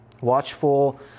Watchful